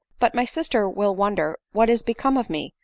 but my sister will wonder what is become of me,